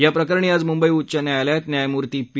याप्रकरणी आज मुंबई उच्च न्यायालयात न्यायमूर्ती पी